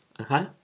okay